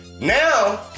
now